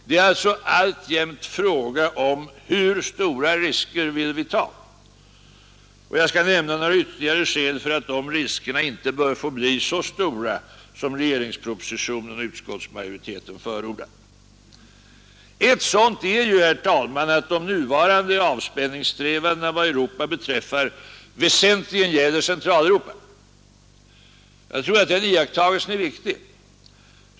Det är alltså alltjämt fråga om hur stora risker vi vill ta. Jag skall nämna några ytterligare skäl för att de riskerna inte bör få bli så stora som regeringspropositionen och utskottsmajoriteten förordar. Ett sådant skäl är ju, herr talman, att de nuvarande avspänningssträvandena vad Europa beträffar väsentligen gäller Centraleuropa. Jag tror att den iakttagelsen är viktig.